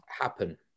happen